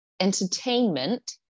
entertainment